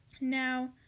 Now